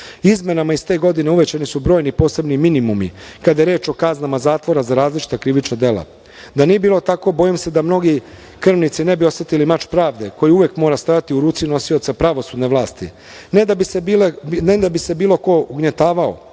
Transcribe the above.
otpust. Izmenama iz te godine uvećani su brojni posebni minimumi kada je reč o kaznama zatvora za različita krivična dela. Da nije bilo tako, bojim se da mnogi krvnici ne bi osetili mač pravde, koji uvek mora stajati u ruci nosioca pravosudne vlasti ne da bi se bilo ko ugnjetavao,